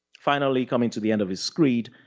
finally coming to the end of his screed,